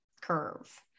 curve